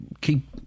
keep